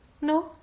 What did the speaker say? No